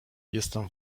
jestem